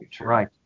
right